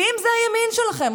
ואם זה הימין שלכם,